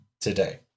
today